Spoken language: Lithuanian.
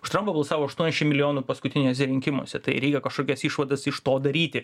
už trampą balsavo aštuoniasdešim milijonų paskutiniuose rinkimuose tai reikia kažkokias išvadas iš to daryti